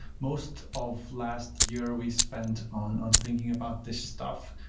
most of last year, we spent on on thinking about this stuff.